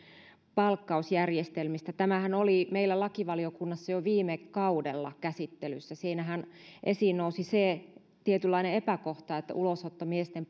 palkkausjärjestelmistä tämähän oli meillä lakivaliokunnassa jo viime kaudella käsittelyssä siinähän esiin nousi se tietynlainen epäkohta että ulosottomiesten